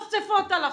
מצפצפות על החוק.